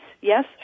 yes